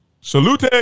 Salute